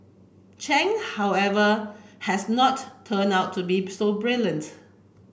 Chen however has not turn out to be so brilliant